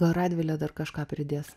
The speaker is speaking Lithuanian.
gal radvilė dar kažką pridės